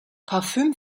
parfüm